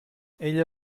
ella